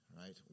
right